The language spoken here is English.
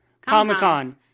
Comic-Con